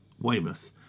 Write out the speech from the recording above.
Weymouth